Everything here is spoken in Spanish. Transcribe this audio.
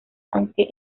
aunque